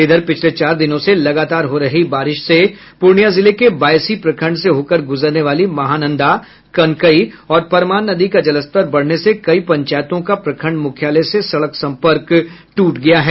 इधर पिछले चार दिनों से लगातार हो रही बारिश से पूर्णियां जिले के बायसी प्रखंड से होकर गुजरने वाली महानंदा कनकई और परमान नदी का जलस्तर बढ़ने से कई पंचायतों का प्रखंड मुख्यालय से सड़क सम्पर्क ट्रट गया है